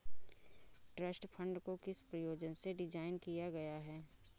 Trust fund को किस प्रयोजन से डिज़ाइन किया गया है?